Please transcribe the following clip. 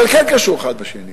אבל כן קשור אחד בשני,